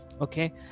okay